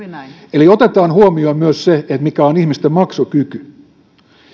eli otetaan huomioon myös se mikä on ihmisten maksukyky